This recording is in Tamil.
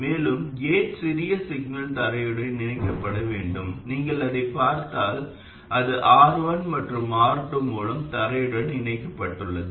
மேலும் கேட் சிறிய சிக்னல் தரையுடன் இணைக்கப்பட வேண்டும் நீங்கள் அதைப் பார்த்தால் அது R1 மற்றும் R2 மூலம் தரையுடன் இணைக்கப்பட்டுள்ளது